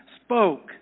spoke